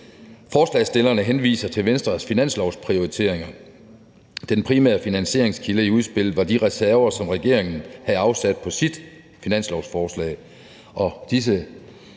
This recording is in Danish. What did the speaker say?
Forslagsstillerne henviser til Venstres finanslovsprioriteringer. Den primære finansieringskilde i udspillet var de reserver, som regeringen havde afsat på sit finanslovsforslag,